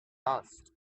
asked